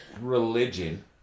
religion